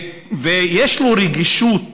ויש לו רגישות